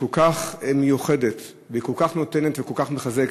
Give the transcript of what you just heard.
שהיא כל כך מיוחדת והיא כל כך נותנת וכל כך מחזקת,